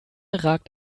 ragt